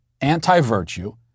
anti-virtue